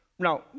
Now